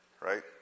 right